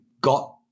got